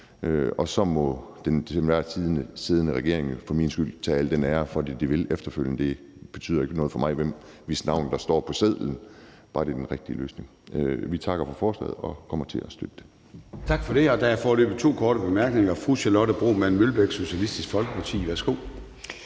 og så må den til enhver tid siddende regering for min skyld tage al den ære for det, de vil efterfølgende. Det betyder ikke noget for mig, hvis navn der står på sedlen, bare det er den rigtige løsning. Vi takker for forslaget og kommer til at støtte det.